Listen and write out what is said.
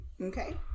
Okay